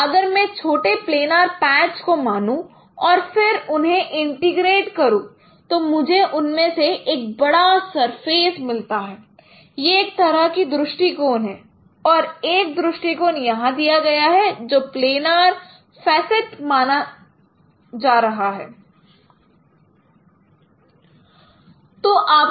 अगर मैं छोटे प्लेनर पैच को मानू और फिर उन्हें इंटीग्रेट करो तो मुझे उनमें से एक बड़ा सरफेस मिलता है यह एक तरह की दृष्टिकोण है और एक दृष्टिकोण यहां दिया गया है जो प्लेनर फेसेट मान रहा है